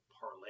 parlay